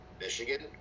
Michigan